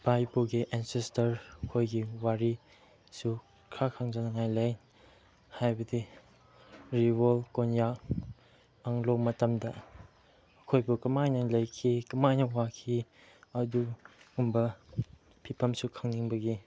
ꯏꯄꯥ ꯏꯄꯨꯒꯤ ꯑꯦꯟꯁꯦꯁꯇꯔ ꯃꯈꯣꯏꯒꯤ ꯋꯥꯔꯤꯁꯨ ꯈꯔ ꯈꯪꯖꯅꯤꯡꯉꯥꯏ ꯂꯩ ꯍꯥꯏꯕꯗꯤ ꯔꯤꯋꯥꯜ ꯀꯣꯟꯌꯥ ꯑꯪꯒ꯭ꯂꯣ ꯃꯇꯝꯗ ꯑꯩꯈꯣꯏꯕꯨ ꯀꯃꯥꯏꯅ ꯂꯩꯈꯤ ꯀꯃꯥꯏꯅ ꯋꯥꯈꯤ ꯑꯗꯨꯒꯨꯝꯕ ꯐꯤꯕꯝꯁꯨ ꯈꯪꯅꯤꯡꯕꯒꯤ